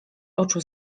oczu